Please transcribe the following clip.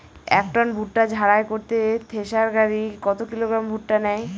এক টন ভুট্টা ঝাড়াই করতে থেসার গাড়ী কত কিলোগ্রাম ভুট্টা নেয়?